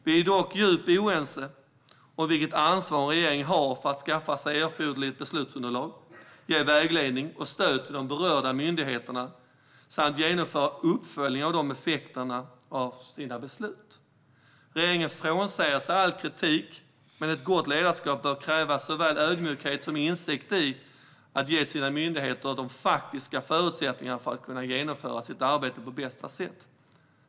Vi är dock djupt oense om vilket ansvar en regering har för att skaffa sig erforderligt beslutsunderlag, ge vägledning och stöd till berörda myndigheter samt genomföra uppföljning av effekterna av egna beslut. Regeringen slår ifrån sig all kritik, men ett gott ledarskap bör kräva såväl ödmjukhet som insikt i att ge sina myndigheter de faktiska förutsättningarna att kunna genomföra sitt arbete på bästa sätt.